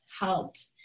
helped